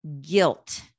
guilt